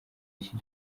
iki